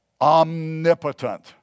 omnipotent